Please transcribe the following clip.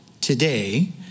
today